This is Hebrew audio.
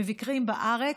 מי שמבקרים בארץ,